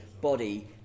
body